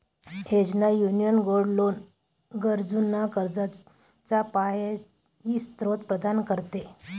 योजना, union gold loan गरजूंना कर्जाचा पर्यायी स्त्रोत प्रदान करते